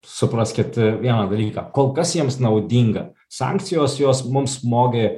supraskit vieną dalyką kol kas jiems naudinga sankcijos jos mums smogė